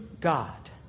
God